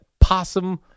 possum